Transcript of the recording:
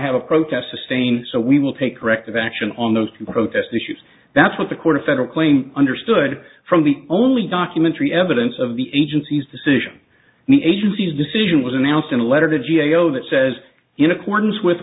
have a protest sustained so we will take corrective action on those two protest issues that's what the court a federal claim understood from the only documentary evidence of the agency's decision the agency's decision was announced in a letter to g a o that says in accordance with